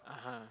(uh huh)